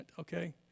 okay